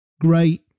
Great